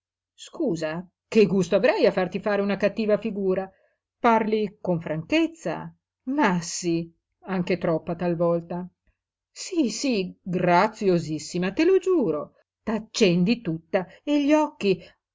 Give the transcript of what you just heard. scusa che gusto avrei a farti fare una cattiva figura parli con franchezza ma sí anche troppa talvolta sí sí graziosissima te lo giuro t'accendi tutta e gli occhi